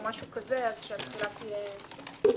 שהתחילה תהיה מיידית.